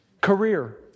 Career